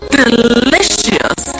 delicious